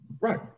right